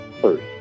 first